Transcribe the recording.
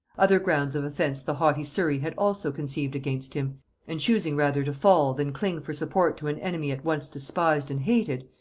other grounds of offence the haughty surry had also conceived against him and choosing rather to fall, than cling for support to an enemy at once despised and hated,